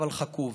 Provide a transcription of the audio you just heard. אבל חכו,